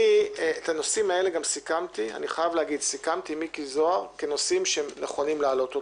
את הנושאים האלה גם סיכמתי עם מיקי זוהר כנושאים נכונים להעלות אותם,